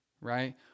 right